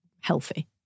healthy